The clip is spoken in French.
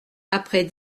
après